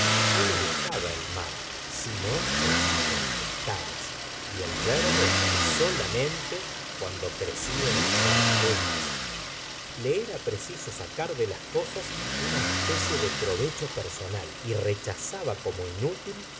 no le gustaba el mar si no por sus tempestades y el verde solamente cuando crecía entre las ruinas le era preciso sacar de las cosas una especie de provecho personal y rechazaba como inútil